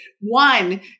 one